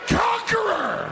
conqueror